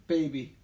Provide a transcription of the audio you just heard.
Baby